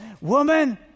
woman